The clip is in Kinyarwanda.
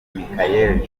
michaëlle